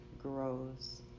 grows